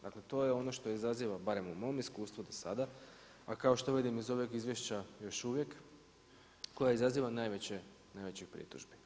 Dakle to je ono što izaziva barem u mom iskustvu do sada, a kao što vidim iz ovog izvješća još uvijek, koje izaziva najveće, najvećih pritužbi.